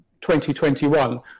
2021